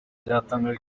byatangajwe